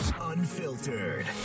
Unfiltered